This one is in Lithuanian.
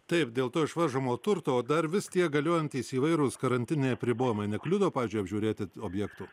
taip dėl to išvaržomo turto o dar vis tie galiojantys įvairūs karantininiai apribojimai nekliudo pavyzdžiui apžiūrėti objektų